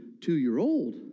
two-year-old